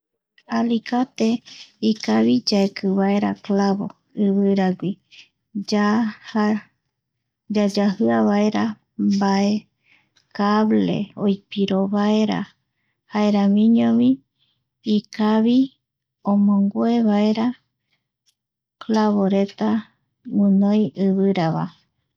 Alicate inavi yaekivaera clavos ivira gui, yaja yayajiavaera mbae cable oipiro vaera jaeramiñovi ikavi omonguevaera, clavo reta, guinoi ivirava